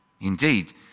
Indeed